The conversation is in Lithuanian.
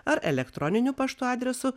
ar elektroniniu paštu adresu